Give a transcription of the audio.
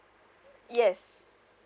yes